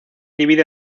divide